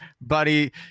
buddy